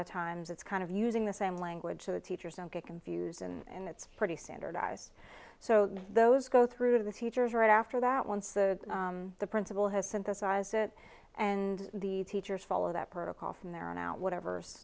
of times it's kind of using the same language the teachers don't get confused and it's pretty standardized so those go through the teachers right after that once the the principal has synthesize it and the teachers follow that protocol from there on out whatever